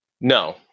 No